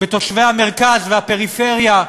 בתושבי המרכז והפריפריה.